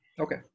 Okay